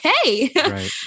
okay